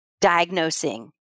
diagnosing